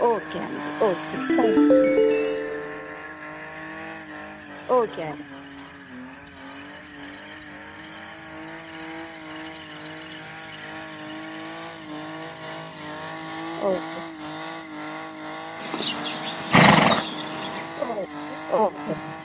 okay అండి okay okay అండి okay okay అండి